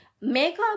Makeup